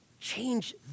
Change